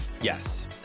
Yes